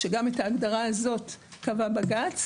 שגם את ההגדרה הזאת קבע בג"ץ,